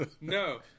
no